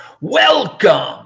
Welcome